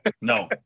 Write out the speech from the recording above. no